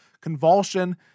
convulsion